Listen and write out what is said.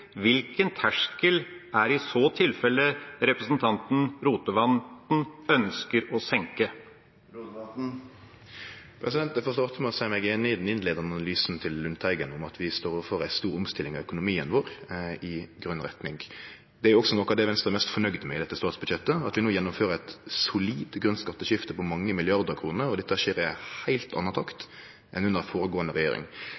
hvilken terskel er det i så tilfelle representanten Rotevatn ønsker å senke? Eg vil starte med å seie meg einig i den innleiande analysen til Lundteigen om at vi står overfor ei stor omstilling av økonomien vår i grøn retning. Det er òg noko av det Venstre er mest fornøgd med i dette statsbudsjettet, at vi no gjennomfører eit solid grønt skatteskifte på mange milliardar kroner, og dette skjer i ei heilt anna